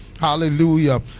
Hallelujah